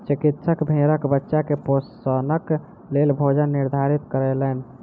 चिकित्सक भेड़क बच्चा के पोषणक लेल भोजन निर्धारित कयलैन